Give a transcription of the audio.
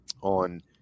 on